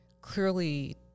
clearly